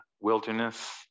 wilderness